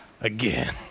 Again